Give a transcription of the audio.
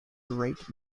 great